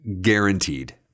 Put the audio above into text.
Guaranteed